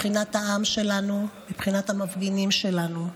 מבחינת העם שלנו, מבחינת המפגינים שלנו.